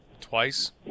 twice